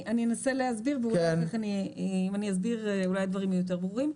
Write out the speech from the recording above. אנסה להסביר ואולי אם אסביר הדברים יהיו אולי יותר ברורים.